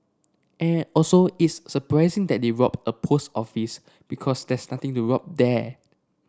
and also is surprising that they robbed a post office because there's nothing to rob there